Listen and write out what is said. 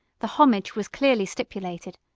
the homage was clearly stipulated,